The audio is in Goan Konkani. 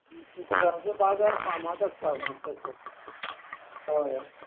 शुक्रारचो बाजार फामाद आसता म्हापश्याचो हय